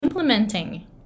implementing